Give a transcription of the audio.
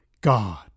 God